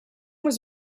was